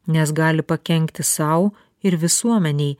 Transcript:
nes gali pakenkti sau ir visuomenei